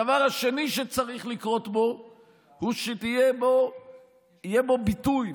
הדבר השני שצריך לקרות בו זה שיהיה בו ביטוי,